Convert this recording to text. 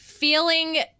Feeling